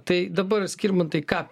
tai dabar skirmantai ką